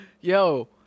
Yo